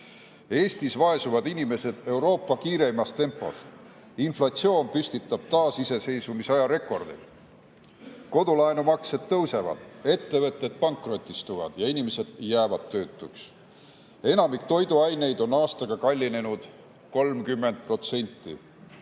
Eestis vaesuvad inimesed Euroopa kiireimas tempos. Inflatsioon püstitab taasiseseisvusaja rekordeid, kodulaenu maksed tõusevad, ettevõtted pankrotistuvad ja inimesed jäävad töötuks. Enamik toiduaineid on aastaga kallinenud 30%